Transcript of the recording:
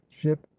ship